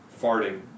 farting